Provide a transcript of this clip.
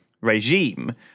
regime